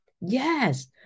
Yes